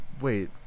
Wait